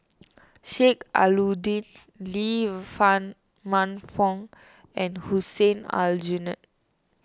Sheik Alau'ddin Lee fun Man Fong and Hussein Aljunied